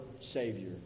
Savior